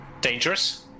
Dangerous